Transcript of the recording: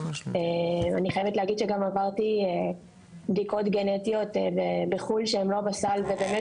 אני חייבת להגיד שגם עברתי בדיקות גנטיות בחו"ל שהן לא בסל ובאמת